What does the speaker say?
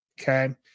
Okay